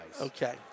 Okay